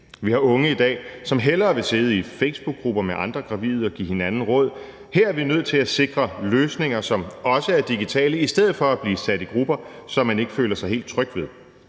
Vi har unge i dag, som hellere vil sidde i facebookgrupper med andre gravide og give hinanden råd. Her er vi nødt til at sikre løsninger, som også er digitale, i stedet for at man bliver sat i grupper, som man ikke føler sig helt tryg ved.